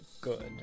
good